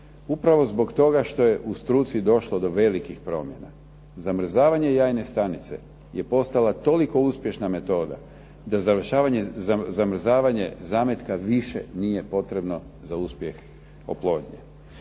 upravo zato što je u struci došlo do velikih promjena. Zamrzavanje jajne stanice je postala toliko uspješna metoda da zamrzavanje zametka više nije potrebno za uspjeh oplodnje.